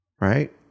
right